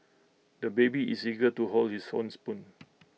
the baby is eager to hold his own spoon